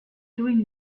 doing